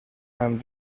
amb